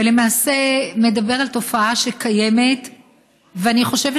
ולמעשה מדבר על תופעה שקיימת ואני חושבת